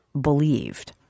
believed